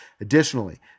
Additionally